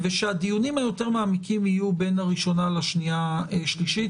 ושהדיונים היותר מעמיקים יהיו בין הראשונה לשנייה שלישית